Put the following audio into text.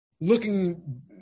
looking